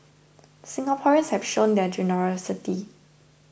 Singaporeans have shown their generosity